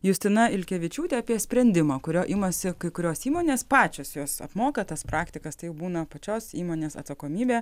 justina ilkevičiūtė apie sprendimą kurio imasi kai kurios įmonės pačios jos apmoka tas praktikas tai jau būna pačios įmonės atsakomybė